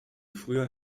früher